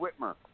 Whitmer